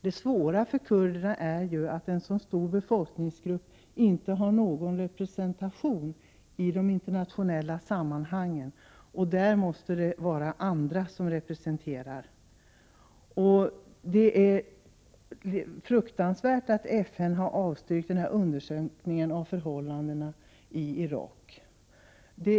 Det svåra för kurderna är ju att en så stor befolkningsgrupp inte har någon representation i de internationella sammanhangen. Där måste det vara andra som representerar. Det är fruktansvärt att FN har avstyrkt undersökningen om förhållandena i Irak.